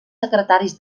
secretaris